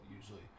usually